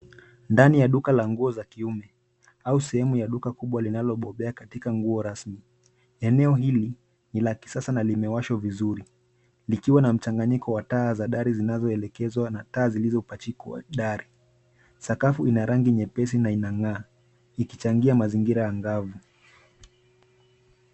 Ndani ya duka la nguo za kiume au sehemu ya duka kubwa linalobobea katika nguo rasmi. Eneo hili ni la kisasa na limewashwa vizuri likiwa na mchanganyiko wa taa za dari zinazoelekezwa na taa zilizopachikwa dari. Sakafu ina rangi nyepesi na inang'aa ikichangia mazingira angavu.